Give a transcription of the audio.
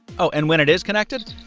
oh, and when it is connected?